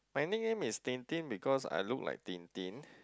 my nick name is Tintin because I look like Tintin